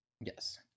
Yes